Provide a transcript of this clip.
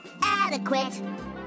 Adequate